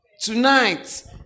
tonight